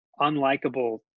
unlikable